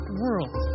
world